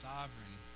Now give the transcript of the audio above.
Sovereign